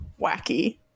wacky